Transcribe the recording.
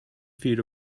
feet